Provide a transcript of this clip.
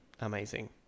Amazing